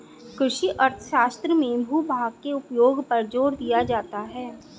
कृषि अर्थशास्त्र में भूभाग के उपयोग पर जोर दिया जाता है